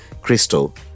Crystal